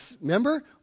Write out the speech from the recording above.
Remember